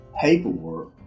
paperwork